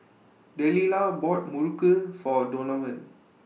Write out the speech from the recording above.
Delilah bought Muruku For Donovan